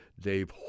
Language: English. Dave